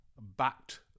backed